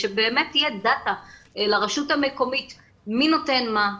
שתהיה דטא לרשות המקומית מי נותן מה,